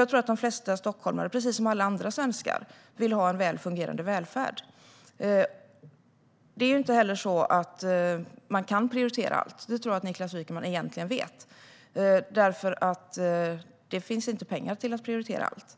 Jag tror att de flesta stockholmare, precis som alla andra svenskar, vill ha en väl fungerande välfärd. Det är inte heller så att man kan prioritera allt. Det tror jag att Niklas Wykman egentligen vet. Det finns inte pengar till att prioritera allt.